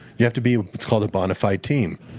you have to be what's called a bonafide team.